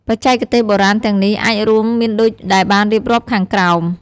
បច្ចេកទេសបុរាណទាំងនេះអាចរួមមានដូចដែលបានរៀបរាប់ខាងក្រោម។